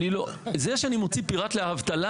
זה שאני מוציא פיראט לאבטלה,